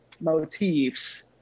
motifs